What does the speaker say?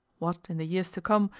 what, in the years to come,